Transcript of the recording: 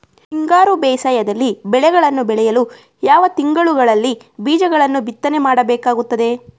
ಹಿಂಗಾರು ಬೇಸಾಯದಲ್ಲಿ ಬೆಳೆಗಳನ್ನು ಬೆಳೆಯಲು ಯಾವ ತಿಂಗಳುಗಳಲ್ಲಿ ಬೀಜಗಳನ್ನು ಬಿತ್ತನೆ ಮಾಡಬೇಕಾಗುತ್ತದೆ?